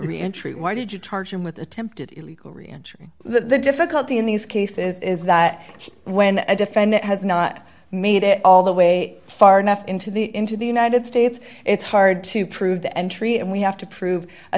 reentry why did you charge him with attempted illegal reentry so the difficulty in these cases is that when a defendant has not made it all the way far enough into the into the united states it's hard to prove the entry and we have to prove a